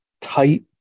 tight